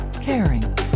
caring